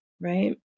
Right